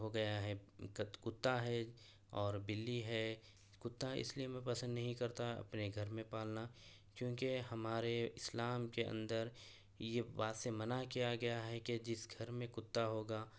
ہو گیا ہے کت کتا ہے اور بلی ہے کتا اس لیے میں پسند نہیں کرتا اپنے گھر میں پالنا کیونکہ ہمارے اسلام کے اندر یہ بات سے منع کیا گیا ہے کہ جس گھر میں کتا ہوگا